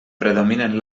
predominen